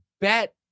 bet